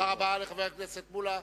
תודה רבה לחבר הכנסת מולה.